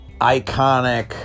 iconic